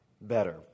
better